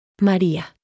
María